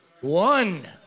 One